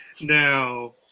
Now